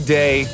day